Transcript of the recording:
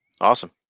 Awesome